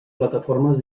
plataformes